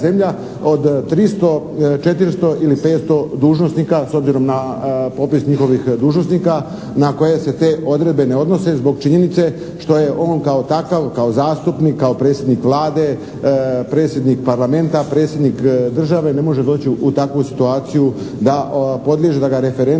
Od 300, 400 ili 500 dužnosnika s obzirom na popis njihovih dužnosnika na koje se te odredbe ne odnose zbog činjenice što je on kao takav, kao zastupnik, kao predsjednik Vlade, predsjednik Parlamenta, predsjednik države ne može doći u takvu situaciju da podliježe da ga referenti